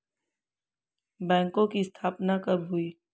बैंकों की स्थापना कब हुई?